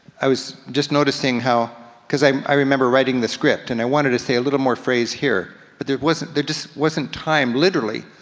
i was just noticing how, cause i i remember writing the script, and i wanted to say a little more phrase here, but there wasn't, there just wasn't time, literally,